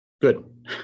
Good